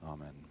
Amen